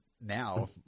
now